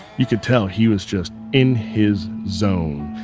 you could tell he was just in his zone.